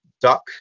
duck